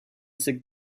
took